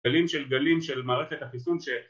‫גלים של גלים של מערכת החיסון ש...